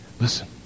listen